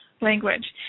language